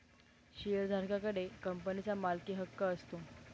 शेअरधारका कडे कंपनीचा मालकीहक्क असतो